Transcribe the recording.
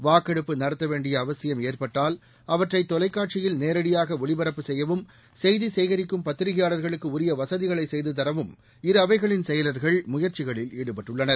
வாக்கெடுப்பு நடத்தவேண்டிய அவசியம் ஏற்பட்டால் அவற்றை தொலைக்காட்சியில் நேரடியாக ஒளிபரப்பு செய்யவும் செய்தி சேகரிக்கும் பத்திரிகையாளர்களுக்கு உரிய வசதிகளை செய்து தரவும் இரு அவைகளின் செயலர்கள் முயற்சிகளில் ஈடுபட்டுள்ளனர்